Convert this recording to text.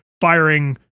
firing